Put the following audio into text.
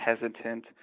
hesitant